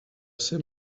ser